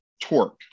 torque